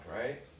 Right